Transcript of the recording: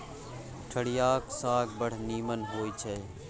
ठढियाक साग बड़ नीमन होए छै